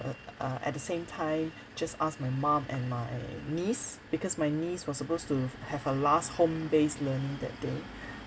uh at the same time just ask my mum and my niece because my niece was supposed to have a last home-based learning that day